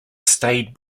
stayed